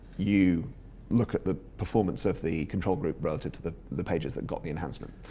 you look at the performance of the control group relative to the the pages that got the enhancement.